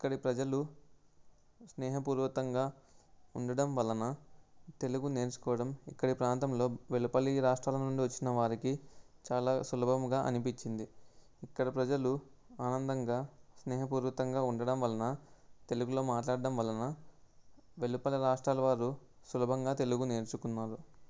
ఇక్కడి ప్రజలు స్నేహపూర్వకంగా ఉండడం వలన తెలుగు నేర్చుకోవడం ఇక్కడి ప్రాంతంలో వెలుపలి రాష్ట్రాల నుండి వచ్చిన వారికి చాలా సులభముగా అనిపించింది ఇక్కడి ప్రజలు ఆనందంగా స్నేహపూర్వకంగా ఉండడం వలన తెలుగులో మాట్లాడడం వలన వెలుపలి రాష్ట్రాల వారు సులభంగా తెలుగు నేర్చుకున్నారు